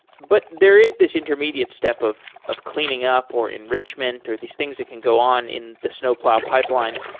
but there is this intermediate step of of cleaning up or enrichment or these things that can go on in the snowplow pipeline.